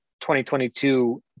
2022